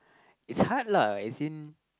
it's hard lah as in